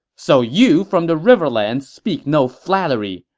so you from the riverlands speak no flattery.